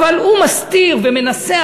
אבל הוא מסתיר ומנסה,